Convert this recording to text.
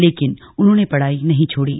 लेकिन उन्होंने पढाई नही छोडी